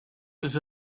was